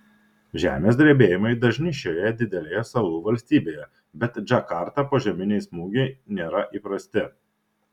žemės drebėjimai dažni šioje didelėje salų valstybėje bet džakartą požeminiai smūgiai nėra įprasti